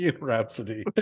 Rhapsody